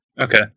Okay